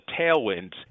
tailwinds